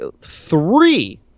three